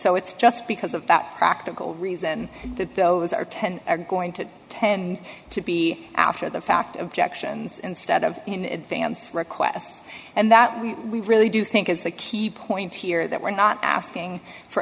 so it's just because of that practical reason that those are ten are going to tend to be after the fact of jackson's instead of in advance requests and that we we really do think is the key point here that we're not asking for